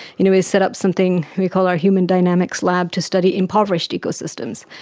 you know, we set up something we call our human dynamics lab to study impoverished ecosystems.